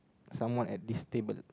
someone at this table